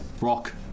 Rock